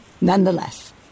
Nonetheless